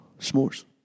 S'mores